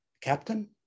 Captain